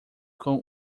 com